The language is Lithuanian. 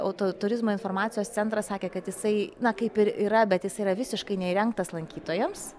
auto turizmo informacijos centras sakė kad jisai na kaip ir yra bet jis yra visiškai neįrengtas lankytojams